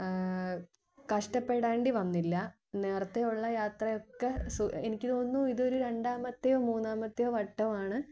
കഷ്ടപ്പെടേണ്ടി വന്നില്ല നേരത്തെ ഉള്ള യാത്രയൊക്കെ സു എനിക്ക് തോന്നുന്നു ഇതൊരു രണ്ടാമത്തെയോ മൂന്നാമത്തെയോ വട്ടമാണ്